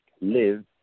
live